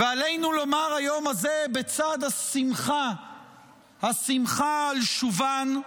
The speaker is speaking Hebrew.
ועלינו לומר ביום הזה, בצד השמחה על שובן,